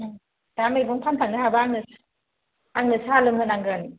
दा मैगं फानखांनो हाबा आंनो आंनो साहा लोंहोनांगोन